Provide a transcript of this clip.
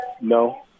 no